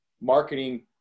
marketing